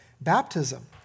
baptism